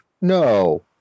No